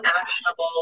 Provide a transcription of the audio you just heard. actionable